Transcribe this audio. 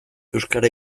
euskara